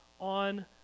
on